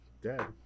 Dead